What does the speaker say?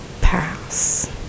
pass